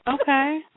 okay